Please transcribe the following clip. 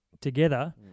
together